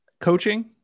Coaching